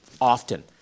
often